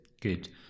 Good